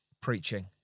preaching